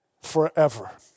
forever